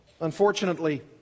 Unfortunately